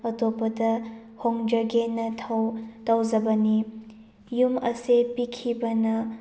ꯑꯇꯣꯞꯄꯗ ꯍꯣꯡꯖꯒꯦꯅ ꯇꯧꯖꯕꯅꯤ ꯌꯨꯝ ꯑꯁꯤ ꯄꯤꯛꯈꯤꯕꯅ